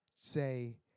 say